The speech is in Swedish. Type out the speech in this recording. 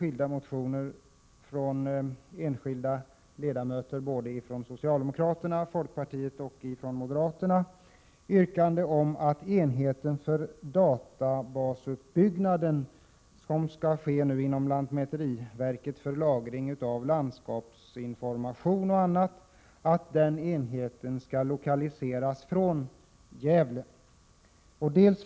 I motioner från enskilda ledamöter, både socialdemokrater, folkpartister och moderater, har framställts yrkanden om att enheten för databasut byggnaden, som skall inrättas inom lantmäteriverket för lagring av landskapsinformation och annat, skall lokaliseras från Gävle.